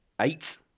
eight